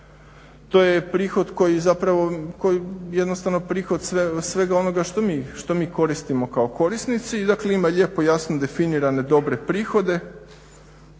koji zapravo, koji jednostavno prihod svega onoga što mi koristimo kako korisnici i dakle ima lijepo jasno definirane dobre prihode.